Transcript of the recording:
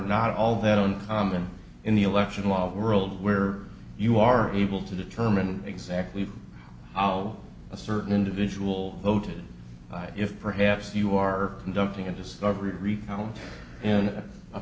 not all that uncommon in the election law world where you are able to determine exactly how a certain individual voted by if perhaps you are conducting a discovery recount in a